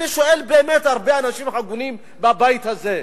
אני שואל באמת הרבה אנשים הגונים בבית הזה,